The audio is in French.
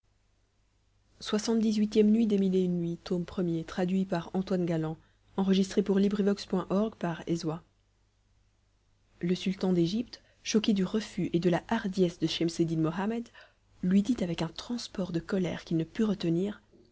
le sultan d'égypte choqué du refus et de la hardiesse de schemseddin mohammed lut dit avec un transport de colère qu'il ne put retenir